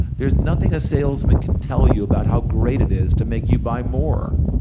there's nothing a salesman can tell you about how great it is to make you buy more.